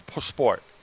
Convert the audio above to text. sport